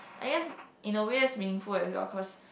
I guess in a way that's meaningful as well cause